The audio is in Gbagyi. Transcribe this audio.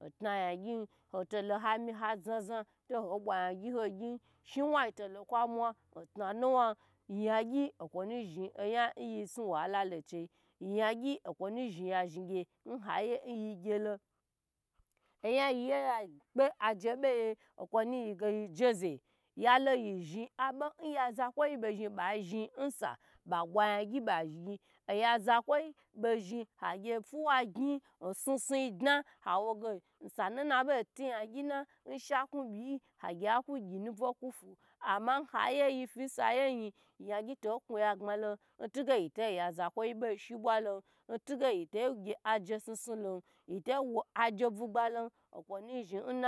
N kna yaugyin hami ha zha zha to homi yangyi ha gyn shiwan to lo kwa mwa ntna nuwan yangyi okwo nu zhi oyan yi si wala lo chei, yangyi okwonu zhn ya zhn ha yiya yi gyelo oyan yiye ya kpe aje be ye okwo nu yi ge yi je za yalo ye zhn bo nu ye aje buye okwonu yin ge yi jea yal yi zhn aba ya zakwo yi be zhn ba zhn nsa ba bwa yan gyi ba gye oya zakwo bo zhn ba zhn agye fuwa gyn n su su dna awo ge sunu na fiya gyi n shaku biyi agyi agye nabwo la fu ama hayi ye yifa hayi yen yangye to kni ya gbma lon ntige yito ya zakwo bo shi bwa lon ntige yi to gye aje sun sun lon yito wo aga budbalon, kwo nu zhn